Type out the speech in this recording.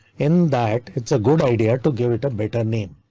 in that it's a good idea to give it a better name.